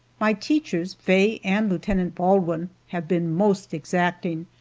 my teachers, faye and lieutenant baldwin, have been most exacting,